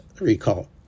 recall